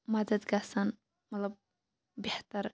مَدَد گَژھان مَطلَب بہتَر